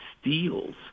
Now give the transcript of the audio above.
steals